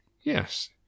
yes